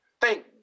Thank